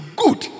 good